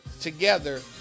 together